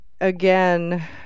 again